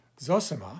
Zosima